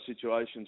situations